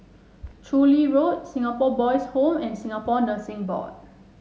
Chu Lin Road Singapore Boys' Home and Singapore Nursing Board